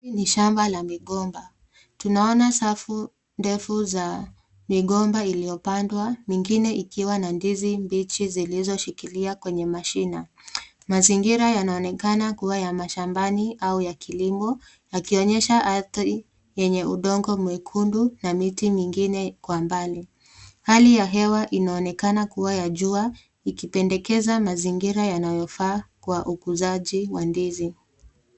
Hili ni shamba la migomba. Tunaona safu ndefu za migomba iliopandwa, mingine ikiwa na ndizi mbichi zilizo shikilia kwenye mashina. Mazingira yanaonekana kuwa ya mashambani au ya kilimo ikionyesha ardhi yenye udongo mwekundu na miti mingine kwa mbali. Hali ya hewa inaonekana kuwa ya jua ikipendekeza mazingira yanayofaa kwa ukuzaji wa ndizi.